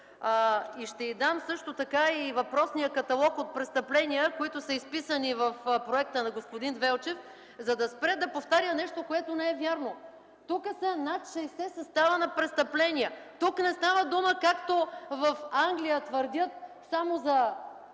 Ще й дам също така и въпросният каталог от престъпления, които са изписани в проекта на господин Велчев, за да спре да повтаря нещо, което не е вярно. Тук са над 60 състава на престъпления. Тук не става дума, както в Англия твърдят, само за